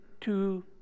two